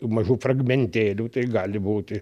mažų fragmentėlių tai gali būti